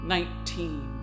Nineteen